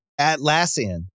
Atlassian